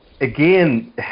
again